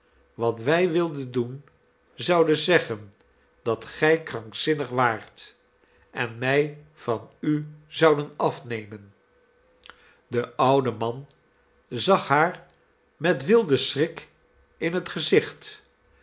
wat wij wilden doen zouden zeggen dat gij krankzinnig waart en mij van u zouden afnemen de oude man zag haar met wilden schrik in het gezicht